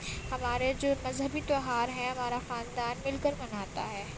ہمارے جو مذہبی تیوہار ہیں ہمارا خاندان مل کر مناتا ہے